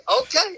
okay